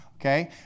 okay